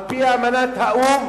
על-פי אמנת האו"ם,